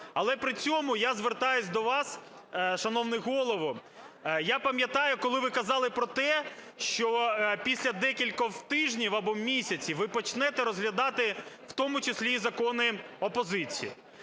Але при цьому я звертаюся до вас, шановний Голово. Я пам'ятаю, коли ви казали про те, що після декількох тижнів або місяців ви почнете розглядати в тому числі і закони опозиції.